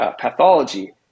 pathology